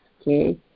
okay